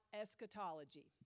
eschatology